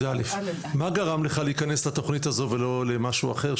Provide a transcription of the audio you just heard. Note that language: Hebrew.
מה גרם לך להיכנס לתכנית הזו, ולא למשהו אחר?